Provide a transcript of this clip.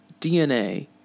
DNA